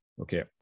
Okay